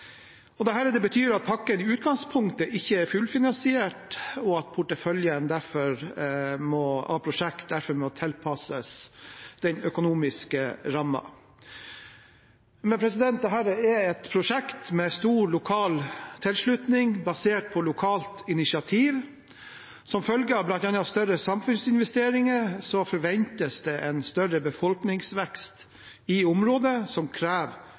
betyr at pakken i utgangspunktet ikke er fullfinansiert, og at porteføljen av prosjekt derfor må tilpasses den økonomiske rammen. Dette er et prosjekt med stor lokal tilslutning, basert på lokalt initiativ. Som følge av bl.a. større samfunnsinvesteringer forventes det en større befolkningsvekst i området, som krever